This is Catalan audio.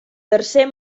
tercer